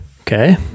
Okay